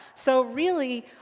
so really,